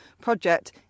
project